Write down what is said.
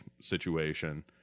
situation